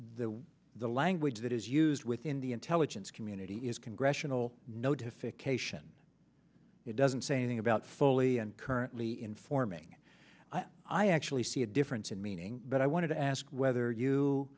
the the language that is used within the intelligence community is congressional notification it doesn't say anything about foley and currently informing i actually see a difference in meaning but i wanted to ask whether you